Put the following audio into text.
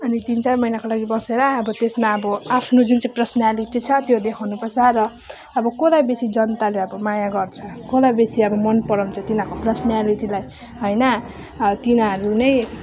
अनि तिन चार महिनाको लागि बसेर अब त्यसमा अब आफ्नो जुन चाहिँ पर्सनालिटी छ त्यो देखाउनु पर्छ र अब कसलाई बेसी जनताले अब माया गर्छ कसलाई बेसी अब मन पराउँछ तिनीहरूको पर्सनालिटीलाई होइन हौ तिनीहरू नै